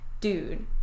dude